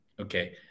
Okay